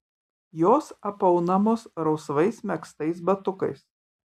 jos apaunamos rausvais megztais batukais